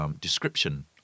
description